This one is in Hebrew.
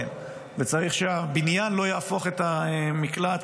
צריך שהבניין לא יהפוך את המקלט